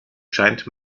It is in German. scheint